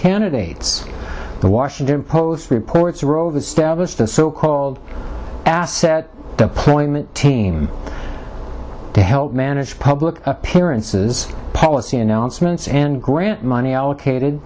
candidates the washington post reports rove established a so called asset deployment team to help manage public appearances policy announcements and grant money allocated